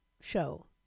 show